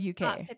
UK